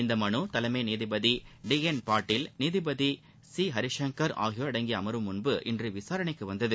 இந்த மனு தலைமை நீதிபதி டி என் பாட்டீல் நீதிபதி சி ஹரிசங்கர் ஆகியோர் அடங்கிய அமர்வு முன்பு இன்று விசாரணைக்கு வந்தது